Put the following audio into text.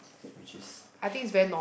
which is